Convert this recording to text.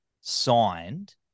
signed